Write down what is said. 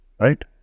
Right